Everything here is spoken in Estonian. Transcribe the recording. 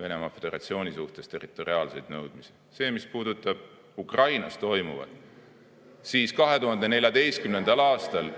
Venemaa Föderatsiooni suhtes territoriaalseid nõudmisi. Mis puudutab Ukrainas toimuvat, siis 2014. aastal ...